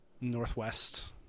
Northwest